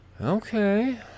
Okay